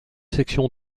sections